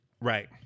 Right